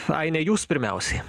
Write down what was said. aine jūs pirmiausiai